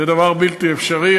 זה בלתי אפשרי,